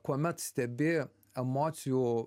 kuomet stebi emocijų